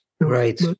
Right